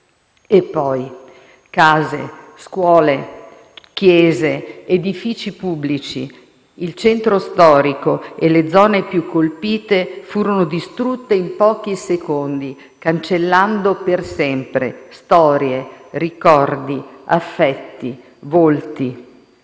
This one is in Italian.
E poi case, scuole, chiese, edifici pubblici; il centro storico e le zone più colpite furono distrutte in pochi secondi, cancellando per sempre storie, ricordi, affetti, volti.